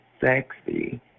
sexy